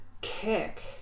kick